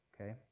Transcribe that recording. Okay